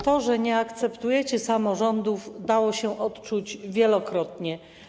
To, że nie akceptujecie samorządów, dało się odczuć wielokrotnie.